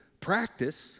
Practice